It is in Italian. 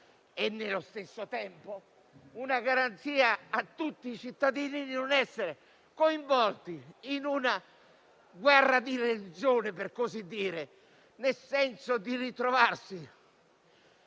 e nello stesso tempo una garanzia a tutti i cittadini di non essere coinvolti in una guerra di religione in un certo senso. Molti